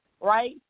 right